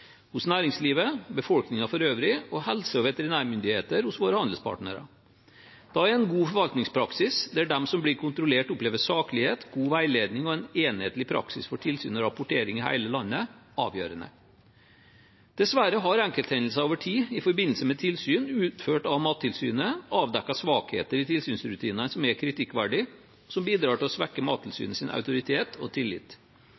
hos befolkningen for øvrig, hos helse- og veterinærmyndighetene og hos våre handelspartnere. Da er en god forvaltningspraksis, der de som blir kontrollert, opplever saklighet, god veiledning og en enhetlig praksis for tilsyn og rapportering i hele landet, avgjørende. Dessverre har enkelthendelser over tid i forbindelse med tilsyn utført av Mattilsynet avdekket svakheter i tilsynsrutinene som er kritikkverdige, og som bidrar til å svekke